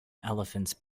elephants